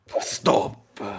Stop